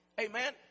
Amen